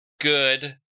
good